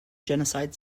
genocide